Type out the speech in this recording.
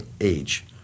age